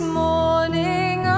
morning